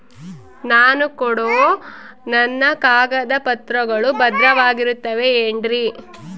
ನಾನು ಕೊಡೋ ನನ್ನ ಕಾಗದ ಪತ್ರಗಳು ಭದ್ರವಾಗಿರುತ್ತವೆ ಏನ್ರಿ?